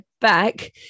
back